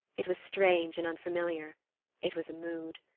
it was strange and unfamiliar it was a mood.